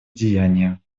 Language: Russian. деяния